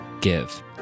give